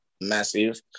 massive